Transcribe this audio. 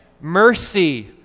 mercy